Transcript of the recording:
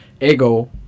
Ego